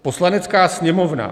Poslanecká sněmovna